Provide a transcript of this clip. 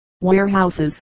warehouses